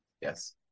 Yes